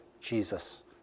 Jesus